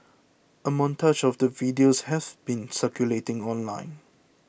a montage of the videos have been circulating online